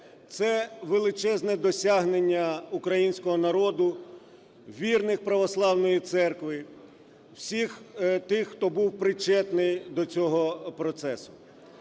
Це величезне досягнення українського народу, вірних Православної Церкви, всіх тих, хто був причетний до цього процесу.